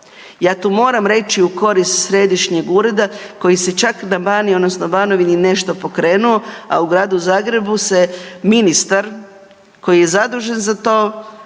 ja tu moram reći u korist Središnjeg ureda, koji se čak na Baniji, odnosno Banovini, nešto pokrenuo, a u Gradu Zagrebu se ministar koji je zadužen za to,